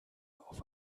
auf